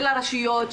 של הרשויות,